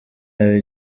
yawe